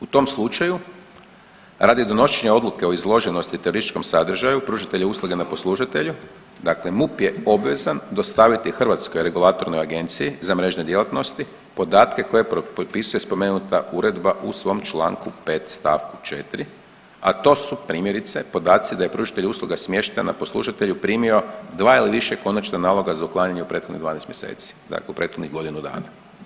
U tom slučaju radi donošenja odluke o izloženosti terorističkom sadržaju pružatelja usluge na poslužitelju dakle MUP je obvezan dostaviti Hrvatskoj regulatornoj agenciji za mrežne djelatnosti podatke koje propisuje spomenuta uredba u svom Članku 5. stavku 4., a to tu primjerice podaci da je pružatelj usluga smješten na poslužitelju primio dva ili više konačno naloga za uklanjanje u prethodnih 12 mjeseci, dakle u prethodnih godinu dana.